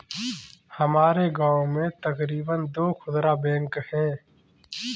हमारे गांव में तकरीबन दो खुदरा बैंक है